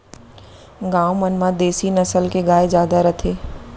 गॉँव मन म देसी नसल के गाय जादा रथे